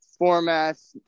formats